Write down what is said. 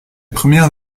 premières